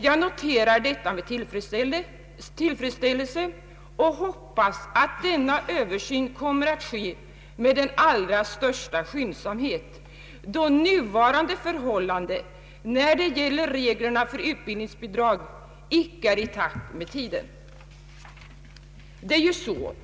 Jag noterar detta med tillfredsställelse och hoppas att denna översyn kommer att ske med den allra största skyndsamhet, då nuvarande förhållanden när det gäller reglerna för omskolningsbidrag icke är i pakt med tiden.